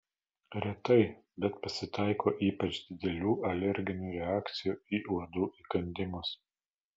retai bet pasitaiko ypač didelių alerginių reakcijų į uodų įkandimus